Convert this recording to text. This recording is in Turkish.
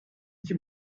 iki